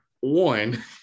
One